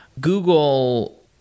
Google